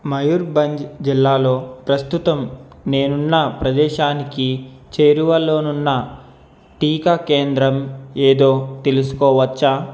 మయూర్భంజ్ జిల్లాలో ప్రస్తుతం నేనున్న ప్రదేశానికి చేరువలోనున్న టీకా కేంద్రం ఏదో తెలుసుకోవచ్చా